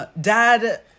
dad